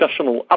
discussional